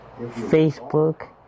Facebook